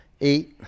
eight